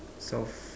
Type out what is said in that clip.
soft